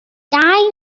dau